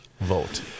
vote